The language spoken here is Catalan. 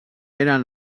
eren